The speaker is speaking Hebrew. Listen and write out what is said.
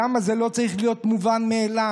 למה זה לא צריך להיות מובן מאליו?